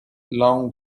long